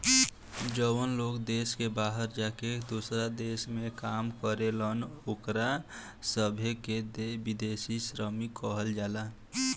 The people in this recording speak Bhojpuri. जवन लोग देश के बाहर जाके दोसरा देश में काम करेलन ओकरा सभे के विदेशी श्रमिक कहल जाला